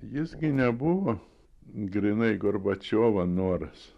jis gi nebuvo grynai gorbačiovo noras